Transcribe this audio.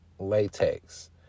Latex